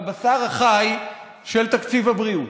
בבשר החי של תקציב הבריאות.